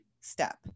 step